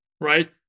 right